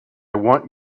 want